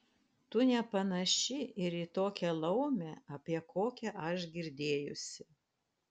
tu nepanaši ir į tokią laumę apie kokią aš girdėjusi